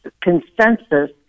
consensus